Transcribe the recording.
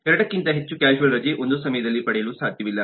2 ಕ್ಕಿಂತ ಹೆಚ್ಚು ಕ್ಯಾಶುಯಲ್ ರಜೆ ಒಂದು ಸಮಯದಲ್ಲಿ ಪಡೆಯಲು ಸಾಧ್ಯವಿಲ್ಲ